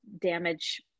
damage-